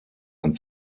ein